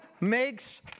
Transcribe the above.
makes